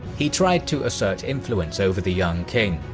he tried to assert influence over the young king,